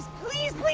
please, like